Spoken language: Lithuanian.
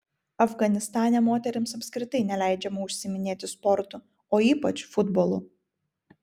afganistane moterims apskritai neleidžiama užsiiminėti sportu o ypač futbolu